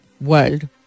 world